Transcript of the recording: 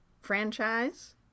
franchise